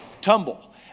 tumble